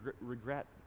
regret